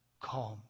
calm